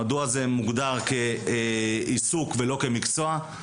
מדוע זה מוגדר כעיסוק ולא כמקצוע.